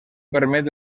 permet